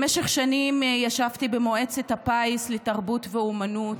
במשך שנים ישבתי במועצת הפיס לתרבות ואומנות,